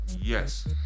Yes